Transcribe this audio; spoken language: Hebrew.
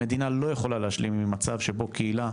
המדינה לא יכולה להשלים עם מצב שבה קהילה,